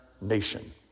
nation